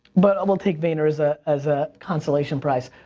but we'll take vayner as ah as a consolation prize.